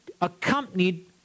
accompanied